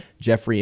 Jeffrey